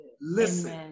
Listen